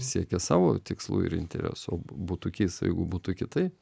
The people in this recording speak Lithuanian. siekia savo tikslų ir interesų būtų keista jeigu būtų kitaip